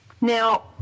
Now